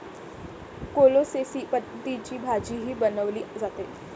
कोलोसेसी पतींची भाजीही बनवली जाते